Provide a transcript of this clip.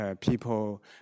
People